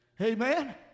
Amen